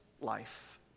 life